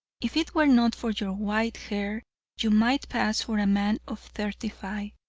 if it were not for your white hair you might pass for a man of thirty-five.